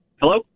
Hello